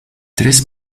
três